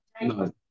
No